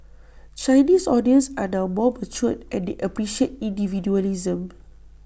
Chinese audience are now more mature and they appreciate individualism